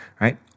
right